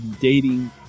dating